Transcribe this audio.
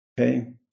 Okay